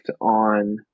on